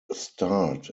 starred